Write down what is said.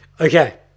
Okay